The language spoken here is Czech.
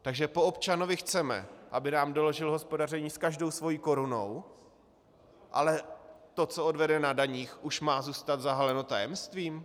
Takže po občanovi chceme, aby nám doložil hospodaření s každou svou korunou, ale to, co odvede na daních, už má zůstat zahaleno tajemstvím?